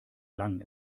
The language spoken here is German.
lang